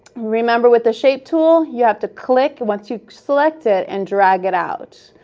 remember, with the shape tool, you have to click once you select it and drag it out.